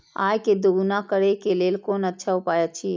आय के दोगुणा करे के लेल कोन अच्छा उपाय अछि?